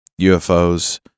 UFOs